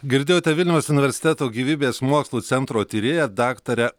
girdėjote vilniaus universiteto gyvybės mokslų centro tyrėją daktarę